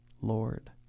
Lord